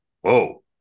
whoa